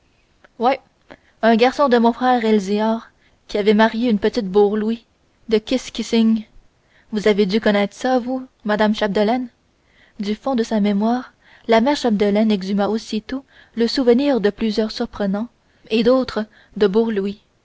ouais un garçon de mon frère elzéar qui avait marié une petite bourglouis de kiskising vous avez dû connaître ça vous madame chapdelaine du fond de sa mémoire la mère chapdelaine exhuma aussitôt le souvenir de plusieurs surprenant et d'autant de